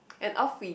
and off we